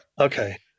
Okay